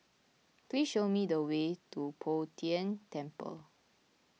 please show me the way to Bo Tien Temple